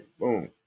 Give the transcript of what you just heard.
boom